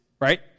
right